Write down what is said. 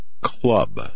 club